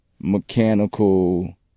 mechanical